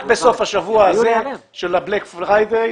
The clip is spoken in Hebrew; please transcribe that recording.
רק בסוף השבוע הזה של ה-בלק פריידי,